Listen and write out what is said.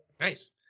nice